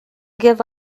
give